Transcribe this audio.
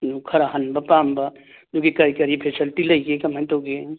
ꯑꯗꯨ ꯈꯔ ꯍꯟꯕ ꯄꯥꯝꯕ ꯑꯗꯨꯒꯤ ꯀꯔꯤ ꯀꯔꯤ ꯐꯦꯁꯤꯂꯤꯇꯤ ꯂꯩꯒꯦ ꯀꯃꯥꯏꯅ ꯇꯧꯒꯦ